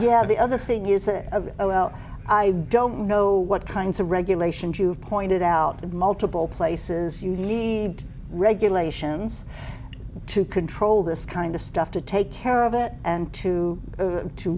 yeah the other thing is that of a well i don't know what kinds of regulations you've pointed out multiple places you need regulations to control this kind of stuff to take care of it and to to